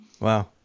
Wow